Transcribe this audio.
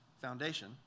foundation